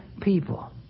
people